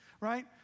Right